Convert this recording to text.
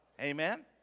Amen